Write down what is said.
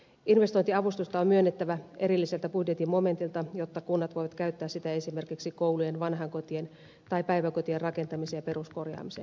investointiavustusta on myönnettävä erilliseltä budjetin momentilta jotta kunnat voivat käyttää sitä esimerkiksi koulujen vanhainkotien tai päiväkotien rakentamiseen ja peruskorjaamiseen